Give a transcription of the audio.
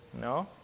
No